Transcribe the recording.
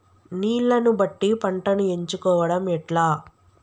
నీళ్లని బట్టి పంటను ఎంచుకోవడం ఎట్లా?